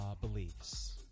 beliefs